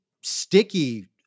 sticky